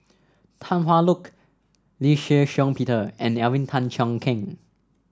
Tan Hwa Look Lee Shih Shiong Peter and Alvin Tan Cheong Kheng